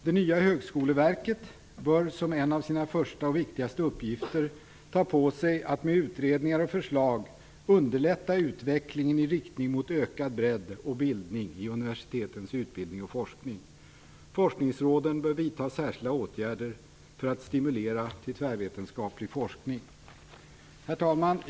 Det nya Högskoleverket bör som en av sina första och viktigaste uppgifter ta på sig att med utredningar och förslag underlätta utvecklingen i riktning mot ökad bredd och bildning i universitetens utbildning och forskning. Forskningsråden bör vidta särskilda åtgärder för att stimulera till tvärvetenskaplig forskning. Herr talman!